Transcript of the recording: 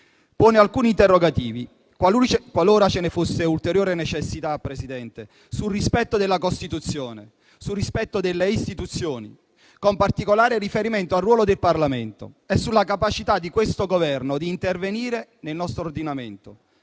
pone alcuni interrogativi - qualora ce ne fosse ulteriore necessità, Presidente - sul rispetto della Costituzione e delle istituzioni, con particolare riferimento al ruolo del Parlamento e sulla capacità di questo Governo di intervenire nel nostro ordinamento.